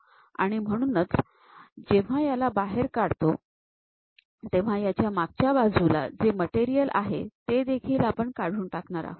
आणि म्हणूनच आपण जेव्हा याला बाहेर काढतो तेव्हा याच्या मागच्या बाजूला जे मटेरियल आहे तेदेखील आपण काढून टाकणार आहोत